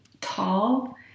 tall